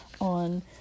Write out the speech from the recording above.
on